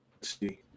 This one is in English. see